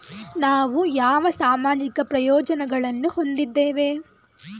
ನಾವು ಯಾವ ಸಾಮಾಜಿಕ ಪ್ರಯೋಜನಗಳನ್ನು ಹೊಂದಿದ್ದೇವೆ?